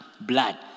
blood